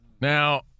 Now